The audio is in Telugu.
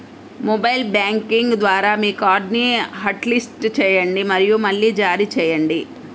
మొబైల్ బ్యాంకింగ్ ద్వారా మీ కార్డ్ని హాట్లిస్ట్ చేయండి మరియు మళ్లీ జారీ చేయండి